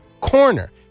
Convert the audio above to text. corner